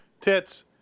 Tits